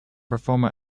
performer